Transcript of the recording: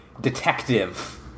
detective